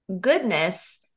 goodness